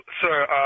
sir